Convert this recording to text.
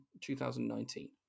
2019